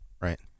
Right